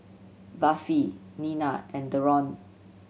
Buffy Nina and Deron